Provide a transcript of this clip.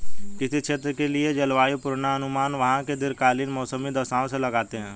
किसी क्षेत्र के लिए जलवायु पूर्वानुमान वहां की दीर्घकालिक मौसमी दशाओं से लगाते हैं